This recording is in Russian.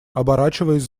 оборачиваясь